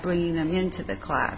bringing them into the class